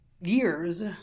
years